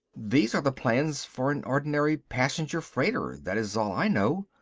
these are the plans for an ordinary passenger-freighter, that is all i know.